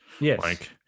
Yes